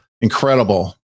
incredible